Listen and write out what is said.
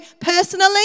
personally